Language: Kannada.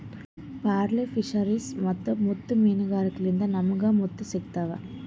ಪರ್ಲ್ ಫಿಶರೀಸ್ ಅಥವಾ ಮುತ್ತ್ ಮೀನ್ಗಾರಿಕೆಲಿಂತ್ ನಮ್ಗ್ ಮುತ್ತ್ ಸಿಗ್ತಾವ್